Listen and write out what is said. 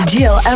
Jill